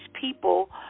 people